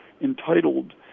entitled